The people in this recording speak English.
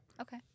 Okay